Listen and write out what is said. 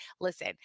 listen